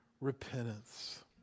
repentance